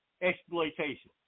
exploitation